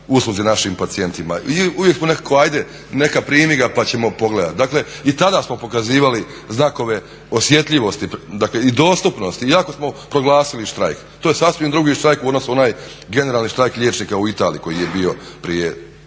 usluzi našim pacijentima i uvijek smo nekako ajde neka primi ga pa ćemo pogledat. Dakle i tada smo pokazivali znakove osjetljivosti i dostupnosti, iako smo proglasili štrajk. To je sasvim drugi štrajk u odnosu na onaj generalni štrajk liječnika u Italiji koji je bio prije